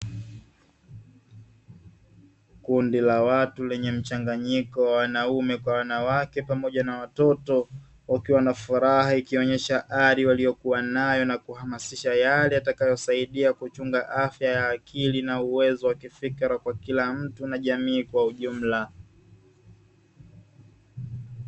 Kundi la watu lenye mchanganyiko wanaume kwa wanawake pamoja na watoto wakiwa na furaha ikionyesha ari waliokuwa nayo na kuhamasisha yale atakayosaidia kuchunga afya ya akili na uwezo wa kifikra kwa kila mtu na jamii kwa ujumla.